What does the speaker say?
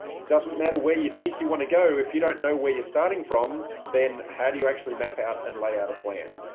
doesn't matter where you think you want to go. if you don't know where you're starting from, then how do you actually map out and lay out a plan?